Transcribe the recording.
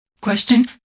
Question